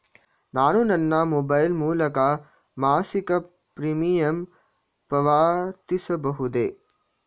ನಾನು ನನ್ನ ಮೊಬೈಲ್ ಮೂಲಕ ಮಾಸಿಕ ಪ್ರೀಮಿಯಂ ಪಾವತಿಸಬಹುದೇ?